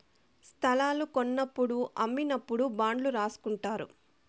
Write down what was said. స్తలాలు కొన్నప్పుడు అమ్మినప్పుడు బాండ్లు రాసుకుంటారు